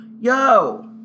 Yo